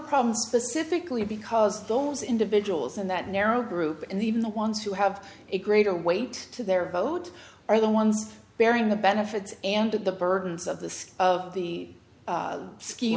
problem specifically because those individuals in that narrow group and even the ones who have a greater weight to their vote are the ones bearing the benefits and the burdens of the of the